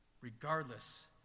regardless